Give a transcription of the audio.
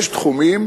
יש תחומים